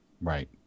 Right